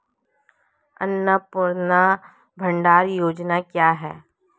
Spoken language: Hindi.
अन्नपूर्णा भंडार योजना क्या है?